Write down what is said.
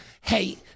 hey